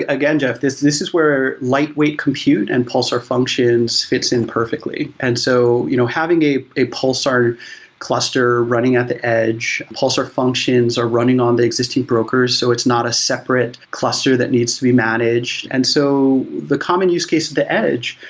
again jeff, this this is where lightweight compute and pulsar functions fits in perfectly. and so you know having a a pulsar cluster running at the edge, pulsar functions are running on the existing broker, so it's not a separate cluster that needs to be managed. and so the common use case at the edge,